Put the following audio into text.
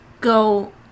go